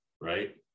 right